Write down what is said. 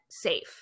safe